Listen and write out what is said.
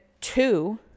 two